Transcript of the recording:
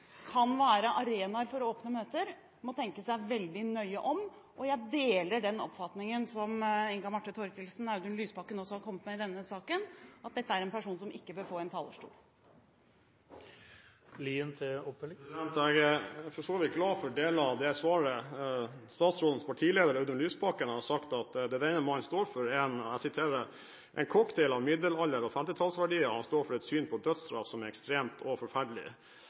kan være arenaer for åpne møter, må tenke seg veldig nøye om. Jeg deler den oppfatningen som Inga Marte Thorkildsen og Audun Lysbakken har gitt uttrykk for i denne saken, at dette er en person som ikke bør få en talerstol. Jeg er for så vidt glad for deler av det svaret. Statsrådens partileder, Audun Lysbakken, har sagt at det denne mannen står for, er «en cocktail av middelalder og 50-tallsverdier. Han står for et syn på dødsstraff som er ekstremt og forferdelig.»